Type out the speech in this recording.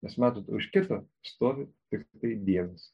nes matot už kito stovi tiktai dievas